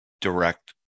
direct